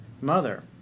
mother